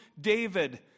David